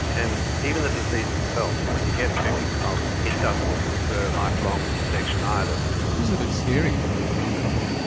and even the disease itself, when you get whooping cough it doesn't confer lifelong protection either. so this is a bit scary for a young couple